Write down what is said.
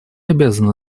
обязаны